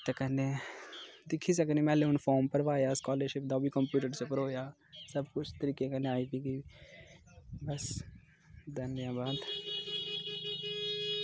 ते कन्नै दिक्खी सकनें में ऐल्लै हून फार्म भरवाया स्कालरशिप दा ओह् बी कंप्यूटर च भरोएआ सबकुछ तरीके कन्नै आई बी गेई बस धन्यबाद